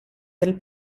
del